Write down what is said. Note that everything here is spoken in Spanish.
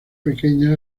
pequeñas